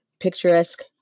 Picturesque